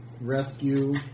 rescue